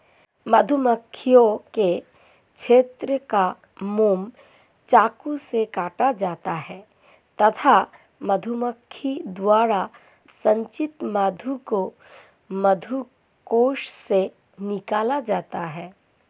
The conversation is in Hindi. मधुमक्खियों के छत्ते का मोम चाकू से काटा जाता है तथा मधुमक्खी द्वारा संचित मधु को मधुकोश से निकाला जाता है